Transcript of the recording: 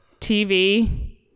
TV